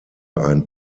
ein